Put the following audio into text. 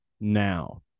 now